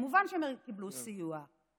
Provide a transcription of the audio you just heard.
כמובן שהם קיבלו סיוע.